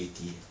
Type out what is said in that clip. no